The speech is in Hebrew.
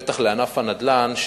בטח לענף הנדל"ן,